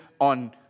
on